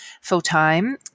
full-time